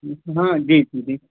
हाँ जी जी